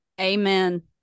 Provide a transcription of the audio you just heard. Amen